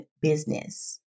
business